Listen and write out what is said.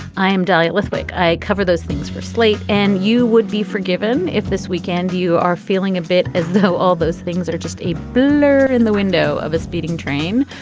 i am dahlia lithwick. i cover those things for slate and you would be forgiven if this weekend you are feeling a bit as though all those things are just a blur in the window of a speeding train.